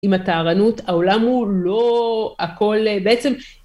עם התערנות, העולם הוא לא, הכל. בעצם